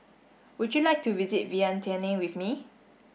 would you like to visit Vientiane with me